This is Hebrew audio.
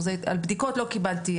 על בדיקות לא קיבלתי.